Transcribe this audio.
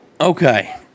okay